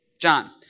John